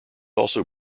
also